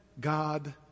God